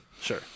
Sure